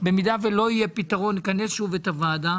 במידה ולא יהיה פתרון נכנס שוב את הוועדה.